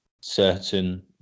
certain